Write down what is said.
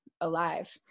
alive